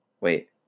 wait